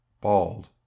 bald